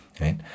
Right